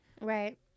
Right